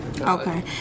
Okay